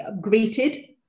greeted